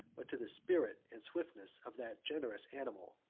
but to the spirit and swiftness, of that generous animal.